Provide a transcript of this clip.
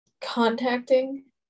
contacting